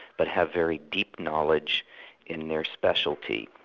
but have very deep knowledge in their specialty.